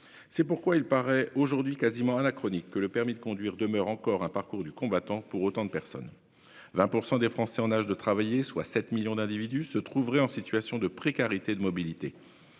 C'est pourquoi il paraît aujourd'hui quasiment anachronique que le permis de conduire demeure un parcours du combattant pour autant de personnes : 20 % des Français en âge de travailler, soit 7 millions d'individus, se trouveraient en situation de précarité en